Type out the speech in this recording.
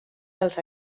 dels